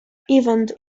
event